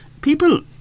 People